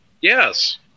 yes